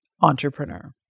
entrepreneur